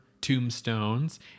tombstones